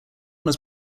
was